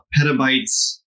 petabytes